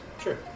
Sure